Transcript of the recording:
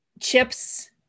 chips